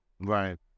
Right